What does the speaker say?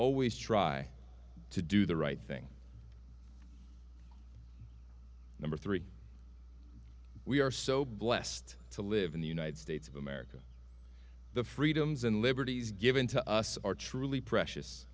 always try to do the right thing number three we are so blessed to live in the united states of america the freedoms and liberties given to us are truly precious